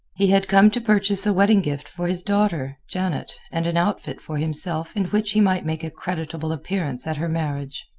he had come to purchase a wedding gift for his daughter, janet, and an outfit for himself in which he might make a creditable appearance at her marriage.